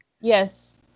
Yes